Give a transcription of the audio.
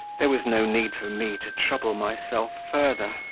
there was no need for me to trouble myself further.